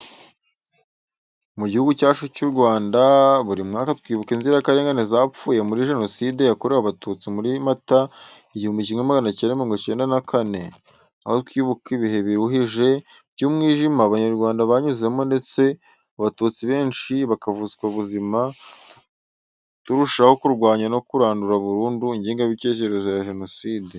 Mu gihugu cyacu cy'u Rwanda buri mwaka twibuka inzirakarengane zapfuye muri jenoside yakorewe abatutsi muri Mata 1994. Aho twibuka ibihe biruhije by'umwijima abanyarwanda banyuzemo ndetse abatutsi benshi bakavutswa ubuzima turushaho kurwanya no kurandura burundu ingengabitekerezo ya jenoside.